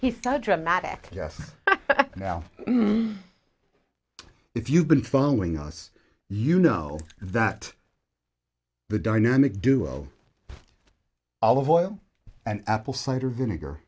he started dramatic yes now if you've been following us you know that the dynamic duo of olive oil and apple cider vinegar